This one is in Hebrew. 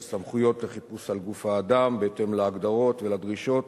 של סמכויות חיפוש על גוף האדם בהתאם להגדרות ולדרישות